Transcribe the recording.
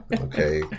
Okay